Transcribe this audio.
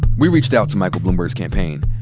we reached out to michael bloomberg's campaign.